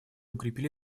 укрепили